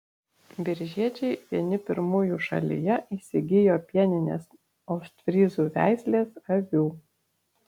biržiečiai vieni pirmųjų šalyje įsigijo pieninės ostfryzų veislės avių